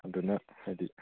ꯑꯗꯨꯅ ꯍꯥꯏꯗꯤ